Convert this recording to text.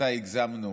מתי הגזמנו.